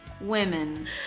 women